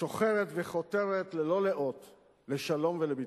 ששוחרת וחותרת ללא לאות לשלום ולביטחון.